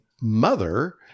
mother